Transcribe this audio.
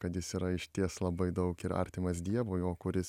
kad jis yra išties labai daug ir artimas dievui o kuris